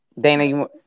dana